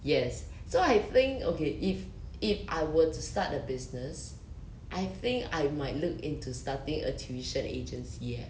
yes so I think okay if if I were to start a business I think I might look into starting a tuition agency